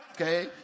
Okay